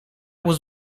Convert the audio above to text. was